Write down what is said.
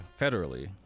Federally